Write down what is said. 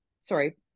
Sorry